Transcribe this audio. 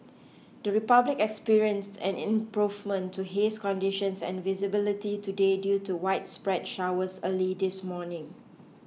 the Republic experienced an improvement to haze conditions and visibility today due to widespread showers early this morning